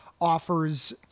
offers